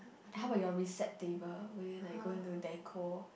how about your recept table when you like going to decor